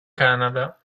canada